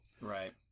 Right